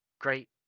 great